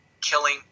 killing